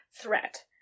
threat